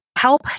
help